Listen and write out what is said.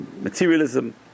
materialism